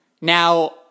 Now